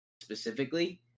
specifically